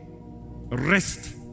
Rest